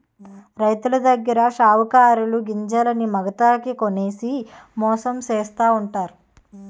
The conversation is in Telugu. రైతులదగ్గర సావుకారులు గింజల్ని మాగతాకి కొనేసి మోసం చేస్తావుంటారు